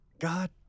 god